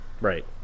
Right